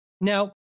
Now